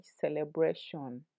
celebration